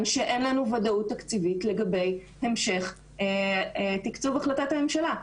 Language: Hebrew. שאין לנו ודאות תקציבית לגבי המשך תקצוב החלטת הממשלה.